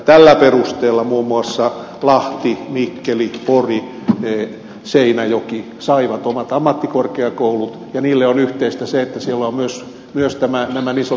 tällä perusteella muun muassa lahti mikkeli pori ja seinäjoki saivat omat ammattikorkeakoulut ja niille on yhteistä se että siellä on myös nämä niin sanotut yliopistokeskukset